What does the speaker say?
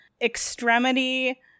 extremity